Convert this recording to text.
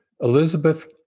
Elizabeth